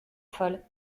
folle